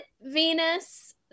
venus